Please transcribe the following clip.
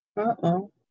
Uh-oh